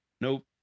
Nope